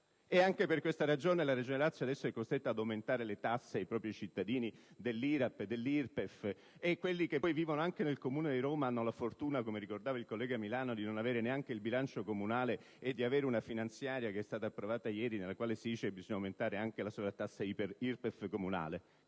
Anche per questa ragione, la Regione Lazio adesso è costretta ad aumentare le tasse ai propri cittadini - l'IRAP e l'IRPEF - e quelli che vivono nel Comune di Roma hanno la fortuna, come ricordava il collega Milano, di non avere neanche il bilancio comunale e di avere una manovra, approvata ieri, nella quale si dice che bisogna aumentare anche la sovrattassa IRPEF comunale.